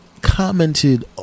commented